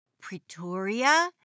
Pretoria